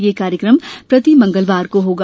यह कार्यक्रम प्रति मंगलवार को होगा